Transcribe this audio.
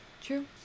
True